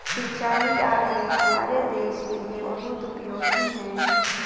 सिंचाई आंकड़े हमारे देश के लिए बहुत उपयोगी है